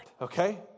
okay